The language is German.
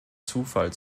zufall